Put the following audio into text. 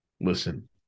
Listen